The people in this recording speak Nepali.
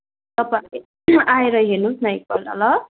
तपाईँ आएर हेर्नुहोस् न एकपल्ट ल